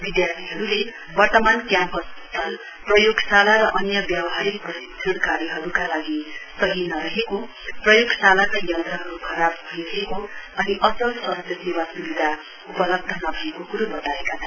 विधार्थीहरूले वर्तमान क्याम्पस सथल प्रयोगशाला र अन्य व्यावहारिक प्रशिक्षण कार्यहरूका लागि सही नरहेको प्रोयगशालाका यन्त्रहरू खराब भइरहेको अनि असल स्वास्थ्य सेवा स्विधा उपलब्ध नभएको कुरो बताएका छन्